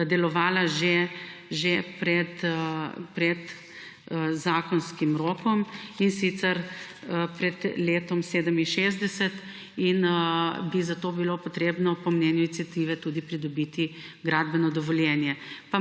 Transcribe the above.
delovala že pred zakonskim rokom, in sicer pred letom 1967; in zato bi bilo treba po mnenju iniciative tudi pridobiti gradbeno dovoljenje.